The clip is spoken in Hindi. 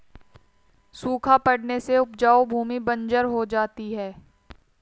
सूखा पड़ने से उपजाऊ भूमि बंजर हो जाती है